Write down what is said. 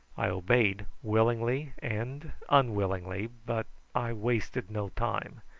i obeyed willingly and unwillingly, but i wasted no time.